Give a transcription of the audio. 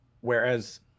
whereas